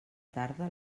tarda